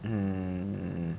mm